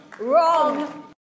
Wrong